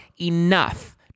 Enough